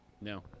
No